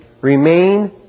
remain